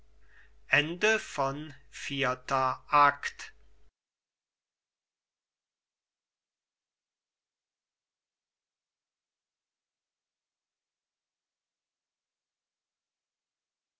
vorgelassen vierter akt